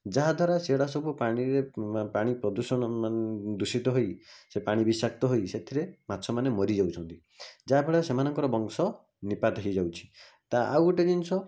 ଯାହା ଦ୍ୱାରା ସେଗୁଡ଼ା ସବୁ ପାଣିରେ ପାଣି ପ୍ରଦୂଷଣ ଦୂଷିତ ହୋଇ ସେ ପାଣି ବିଷାକ୍ତ ହୋଇ ସେଥିରେ ମାଛମାନେ ମରିଯାଉଛନ୍ତି ଯାହା ଫଳରେ ସେମାନଙ୍କର ବଂଶ ନିପାତ ହେଇଯାଉଛି ତା ଆଉ ଗୋଟେ ଜିନିଷ